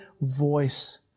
voice